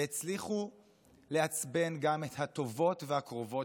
והצליחו לעצבן גם את הטובות והקרובות